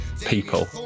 people